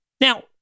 Now